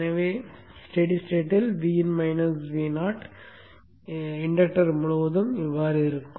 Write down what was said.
எனவே நிலையான நிலையில் Vin Vo மின்இன்டக்டர் முழுவதும் இருக்கும்